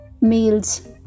meals